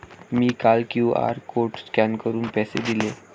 मी काल QR code scan करून पैसे दिले